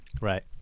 Right